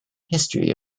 history